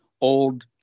old